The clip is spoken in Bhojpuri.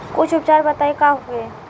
कुछ उपचार बताई का होखे?